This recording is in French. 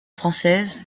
française